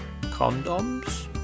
condoms